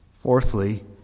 Fourthly